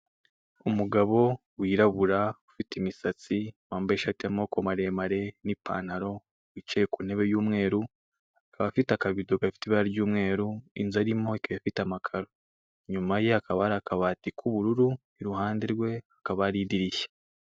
Umugabo wirabura, ufite imisatsi, wambaye ishati y'amaboko maremare n'ipantaro, wicaye ku ntebe y'umweru, akaba afite akabido gafite ibara ry'umweru inzu ari mo ikaba ifite amakaro. Inyuma ye hakaba hari akabati k'ubururu, iruhande rwe hakaba hari idirishya.